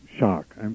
shock